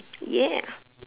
ya